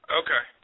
okay